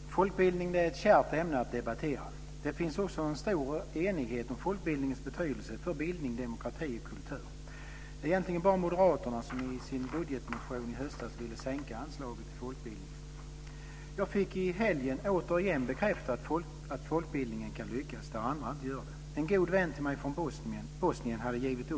Fru talman! Folkbildning är ett kärt ämne att debattera. Det finns också en stor enighet om folkbildningens betydelse för bildning, demokrati och kultur. Det är egentligen bara moderaterna som i sin budgetmotion i höstas ville sänka anslaget till folkbildningen. Jag fick i helgen återigen bekräftat att folkbildningen kan lyckas där andra inte gör det. En god vän till mig från Bosnien hade givit